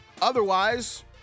otherwise